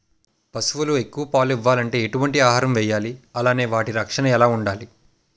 పశువులు ఎక్కువ పాలు ఇవ్వాలంటే ఎటు వంటి ఆహారం వేయాలి అలానే వాటి రక్షణ ఎలా వుండాలి?